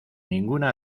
ninguna